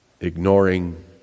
ignoring